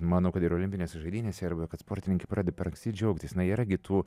manau kad ir olimpinėse žaidynėse yra buvę kad sportininkai pradeda per anksti džiaugtis na yra gi tų